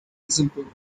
example